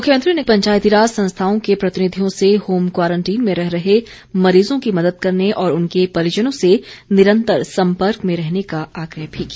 मुख्यमंत्री ने पंचायतीराज संस्थाओं के प्रतिनिधियों से होमक्वारंटीन में रह रहे मरीजों की मदद करने और उनके परिजनों से निरंतर संपर्क में रहने का आग्रह भी किया